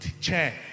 chair